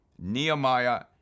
Nehemiah